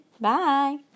Bye